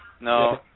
No